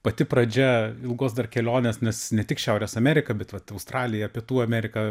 pati pradžia ilgos dar kelionės nes ne tik šiaurės amerika bet vat australija pietų amerika